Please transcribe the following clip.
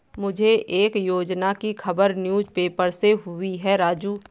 मुझे एक योजना की खबर न्यूज़ पेपर से हुई है राजू